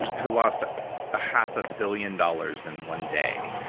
who lost a half a billion dollars in one day,